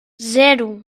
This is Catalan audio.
zero